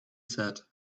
said